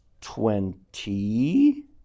twenty